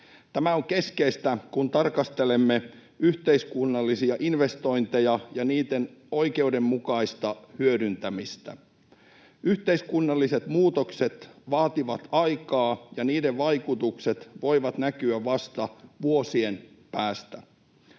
Tämä on keskeistä, kun tarkastelemme yhteiskunnallisia investointeja ja niiden oikeudenmukaista hyödyntämistä. Yhteiskunnalliset muutokset vaativat aikaa, ja niiden vaikutukset voivat näkyä vasta vuosien päästä.